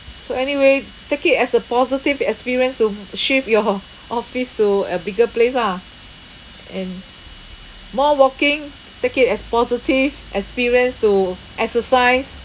so anyway take it as a positive experience to shift your office to a bigger place lah and more walking take it as positive experience to exercise